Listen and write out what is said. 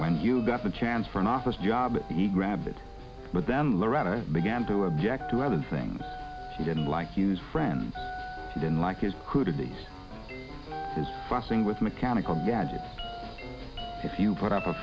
when you got the chance for an office job he grabbed it but then loretta began to object to other things she didn't like use friends didn't like you could these fussing with mechanical gadgets if you put up a